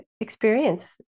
experience